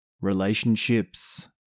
relationships